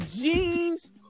Jeans